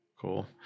Cool